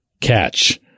catch